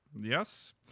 yes